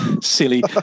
silly